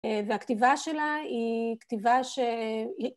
והכתיבה שלה היא כתיבה ש...